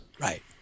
Right